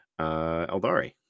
Eldari